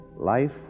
Life